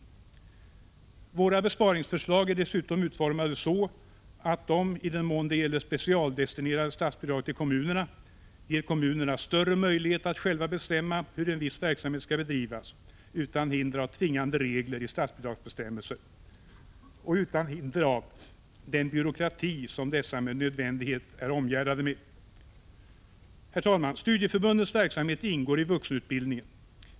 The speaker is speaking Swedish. Våra besparingsförslag är dessutom utformade så att de — i den mån de gäller specialdestinerade statsbidrag till kommunerna — ger kommunerna större möjlighet att själva bestämma hur en viss verksamhet skall bedrivas utan hinder av tvingande regler i statsbidragsbestämmelser och utan hinder av den byråkrati som dessa med nödvändighet är omgärdade med. Herr talman! Studieförbundens verksamhet ingår i vuxenutbildningen.